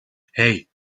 hey